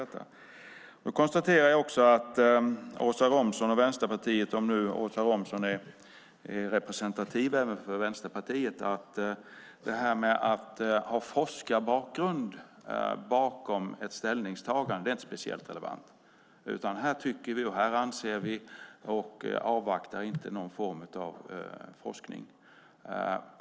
Jag konstaterar också att för Åsa Romson och Vänsterpartiet, om nu Åsa Romson är representativ även för Vänsterpartiet, är detta att ha forskarbakgrund bakom ett ställningstagande inte speciellt relevant, utan här tycker man och anser man och avvaktar inte någon form av forskning.